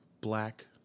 Black